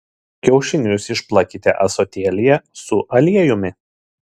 kiaušinius išplakite ąsotėlyje su aliejumi